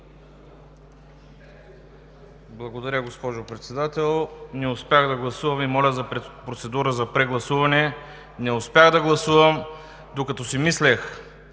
Благодаря, госпожо Председател. Не успях да гласувам и моля за процедура за прегласуване. Не успях да гласувам, докато си мислех